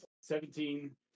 seventeen